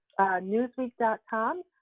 newsweek.com